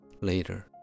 later